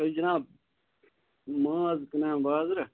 تُہۍ جِناب ماز کٕنان بازرٕ